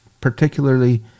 particularly